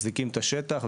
מחזיקים את השטח,